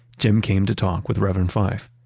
jim came to talk with reverend fife,